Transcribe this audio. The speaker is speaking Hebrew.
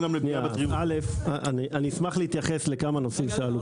יש דבר